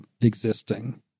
existing